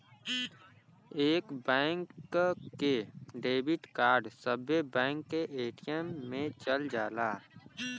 एक बैंक के debit card सब्बे बैंक के ए.टी.एम मे चल जाला